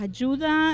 Ayuda